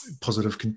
Positive